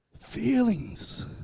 Feelings